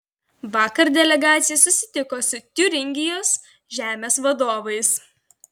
vakar delegacija susitiko su tiuringijos žemės vadovais